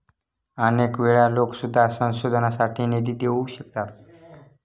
अनेक वेळा लोकं सुद्धा संशोधनासाठी निधी देऊ शकतात